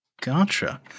Gotcha